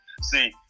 See